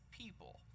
people